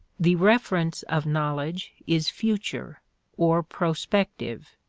the reference of knowledge is future or prospective.